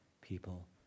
people